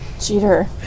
Cheater